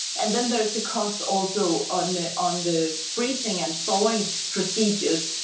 and then there is a cost also on ah on the freezing and thawing procedures,